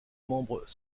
membres